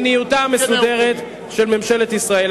שיהיה כן, ל"מדיניותה המסודרת של ממשלת ישראל".